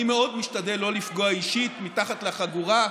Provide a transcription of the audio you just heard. אני מאוד משתדל שלא לפגוע אישית, מתחת לחגורה,